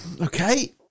Okay